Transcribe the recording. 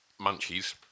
Munchies